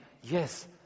yes